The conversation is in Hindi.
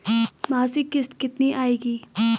मासिक किश्त कितनी आएगी?